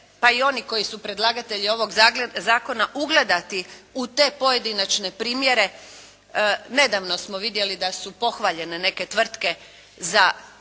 pa i oni koji su predlagatelji ovog zakona ugledati u te pojedinačne primjere. Nedavno smo vidjeli da su pohvaljene neke tvrtke za